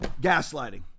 gaslighting